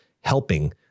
helping